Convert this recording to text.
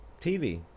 TV